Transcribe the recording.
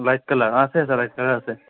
light colour আছে আছে light colour আছে